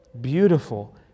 beautiful